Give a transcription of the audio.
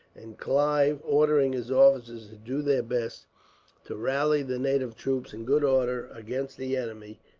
and clive, ordering his officers to do their best to rally the native troops in good order against the enemy,